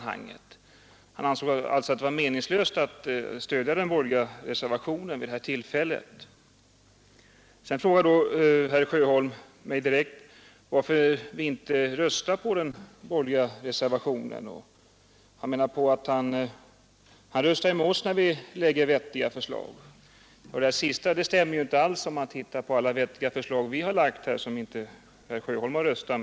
Han ansåg alltså att det var meningslöst att stödja den borgerliga reservationen vid detta tillfälle. Herr Sjöholm frågade mig varför vi inte ville rösta på den borgerliga reservationen och sade att han röstar med oss, när vi framlägger vettiga förslag. Det sista stämmer inte alls, när man ser på alla vettiga förslag som vi har framlagt men som herr Sjöholm inte har röstat på.